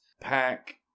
pack